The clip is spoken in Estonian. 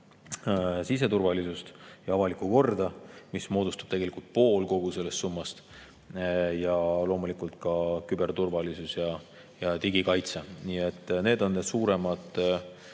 siseturvalisust ja avalikku korda, mis moodustab tegelikult pool kogu sellest summast, ja loomulikult ka küberturvalisust ja digikaitset. Nii et need